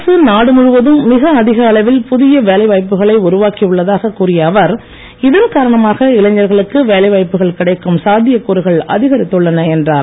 அரசு நாடு முழுவதும் மிக அதிக அளவில் புதிய வேலை வாய்ப்புக்களை உருவாக்கி உள்ளதாக கூறிய அவர் இதன் காரணமாக இளைஞர்களுக்கு வேலை வாய்ப்புகள் கிடைக்கும் சாத்தியக் கூறுகள் அதிகரித்துள்ளன என்றார்